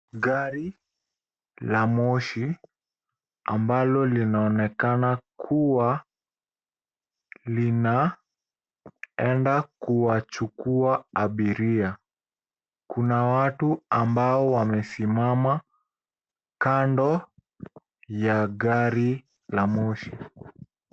Gari la moshi ambalo linaonekana kuwa linaenda kuwachukua abiria. Kuna watu ambao wamesimama kando ya gari la moshi.